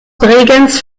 bregenz